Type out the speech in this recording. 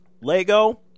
Lego